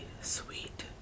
sweet